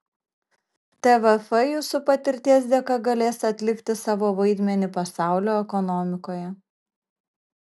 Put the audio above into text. tvf jūsų patirties dėka galės atlikti savo vaidmenį pasaulio ekonomikoje